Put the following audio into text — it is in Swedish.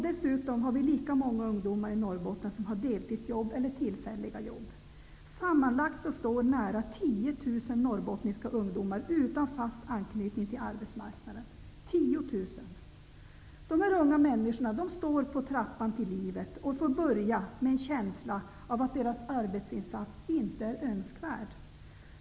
Dessutom är det lika många ungdomar i Norrbotten som har deltidsjobb eller tillfälliga jobb. Sammanlagt står nära 10 000 De här unga människorna står på trappan till livet och får börja med en känsla av att deras arbetsinsats inte är önskvärd.